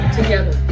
together